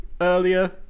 earlier